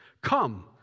Come